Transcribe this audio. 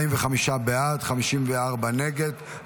45 בעד, 54 נגד.